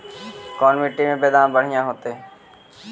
कोन मट्टी में बेदाम बढ़िया होतै?